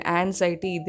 anxiety